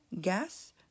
gas